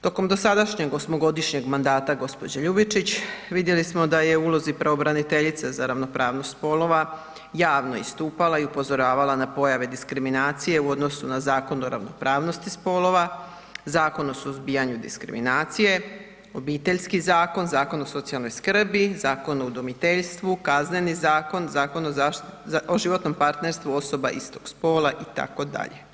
Tokom dosadašnjeg osmogodišnjeg mandata gđe. Ljubičić vidjeli smo da je u ulozi pravobraniteljice za ravnopravnost spolova javno istupala i upozoravala na pojave diskriminacije u odnosu na Zakon o ravnopravnosti spolova, Zakon o suzbijanju diskriminacije, Obiteljski zakon, Zakon o socijalnoj skrbi, Zakon o udomiteljstvu, Kazneni zakon, Zakon o životnom partnerstvu osoba istog spola itd.